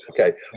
Okay